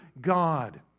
God